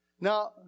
Now